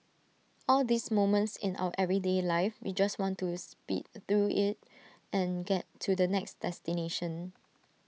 all these moments in our everyday life we just want to speed through IT and get to the next destination